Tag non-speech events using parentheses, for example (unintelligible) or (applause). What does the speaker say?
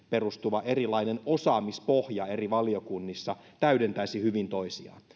(unintelligible) perustuva erilainen osaamispohja eri valiokunnissa täydentäisivät hyvin toisiaan